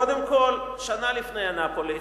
קודם כול, שנה לפני אנאפוליס,